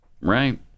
right